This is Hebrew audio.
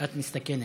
את מסתכנת.